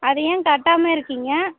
அது ஏன் கட்டாமல் இருக்கீங்க